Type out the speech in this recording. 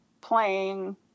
playing